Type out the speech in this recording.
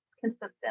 consistent